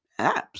apps